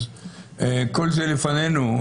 אז כל זה לפנינו.